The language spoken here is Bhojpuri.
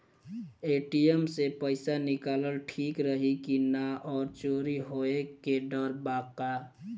ए.टी.एम से पईसा निकालल ठीक रही की ना और चोरी होये के डर बा का?